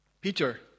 Peter